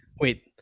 Wait